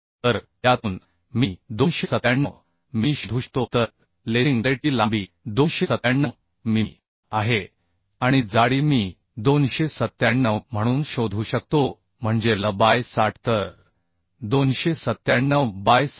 तर यातून मी 297 मिमी शोधू शकतो तर लेसिंग प्लेटची लांबी 297 मिमी आहे आणि जाडी मी 297 म्हणून शोधू शकतो म्हणजे l बाय 60 तर 297 बाय 60